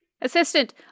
Assistant